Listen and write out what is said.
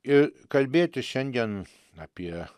ir kalbėti šiandien apie